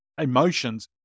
emotions